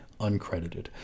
Uncredited